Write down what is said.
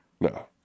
No